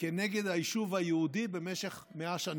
כנגד היישוב היהודי במשך 100 שנים.